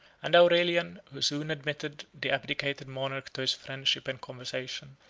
and aurelian, who soon admitted the abdicated monarch to his friendship and conversation,